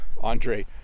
Andre